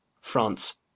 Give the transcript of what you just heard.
France